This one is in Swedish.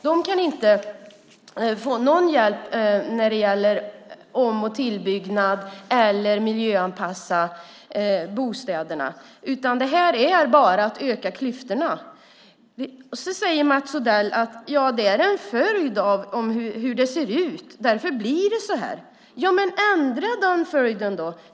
De kan inte få någon hjälp när det gäller om och tillbyggnad eller att miljöanpassa bostäderna, utan det här är bara att öka klyftorna. Mats Odell säger att det är en följd av hur det ser ut. Därför blir det så här. Ja, men ändra den följden då!